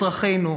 אזרחינו,